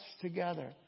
together